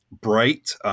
bright